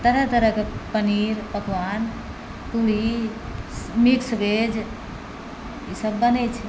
तरह तरहके पनीर पकवान पूरी मिक्स वेज ई सब बनै छै